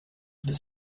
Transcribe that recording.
the